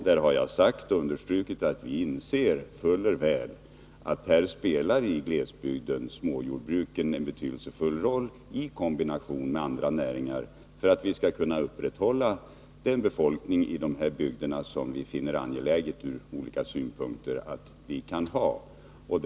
Där har jag understrukit att vi fuller väl inser attsmåjordbruket i glesbygder spelar en betydelsefull roll i kombination med andra näringar för att vi i dessa bygder skall kunna behålla det befolkningsunderlag som vi från olika synpunkter finner det angeläget att ha.